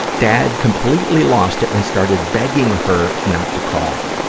dad completely lost it and started begging her not to call.